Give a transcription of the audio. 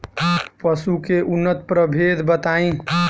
पशु के उन्नत प्रभेद बताई?